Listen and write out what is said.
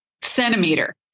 centimeter